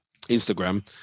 Instagram